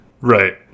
Right